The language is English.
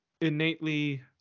innately